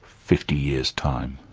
fifty years' time?